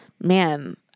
Man